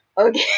Okay